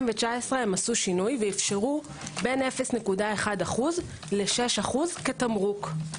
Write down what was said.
ב-2019 עשו שינוי ואפשרו בין 0.1% ל-6% כתמרוק.